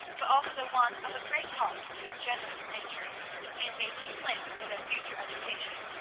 but also one of a great heart and generous nature in making plans for their future education.